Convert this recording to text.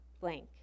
blank